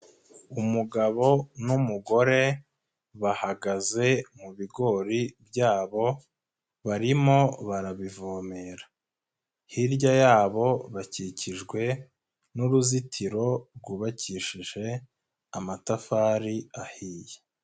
Umugabo n'umugore bahagaze mu bigori byabo barimo barabivomera. Hirya yabo bakikijwe n'uruzitiro rwubakishije amatafari ahiye.